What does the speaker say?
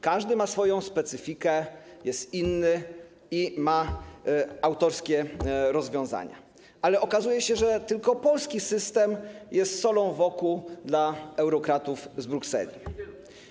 Każdy ma swoją specyfikę, jest inny i ma autorskie rozwiązania, ale okazuje się, że tylko polski system jest solą w oku eurokratów z Brukseli.